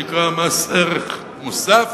שנקרא מס ערך מוסף,